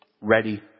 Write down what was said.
ready